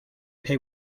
pay